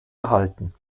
erhalten